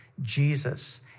Jesus